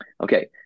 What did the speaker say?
Okay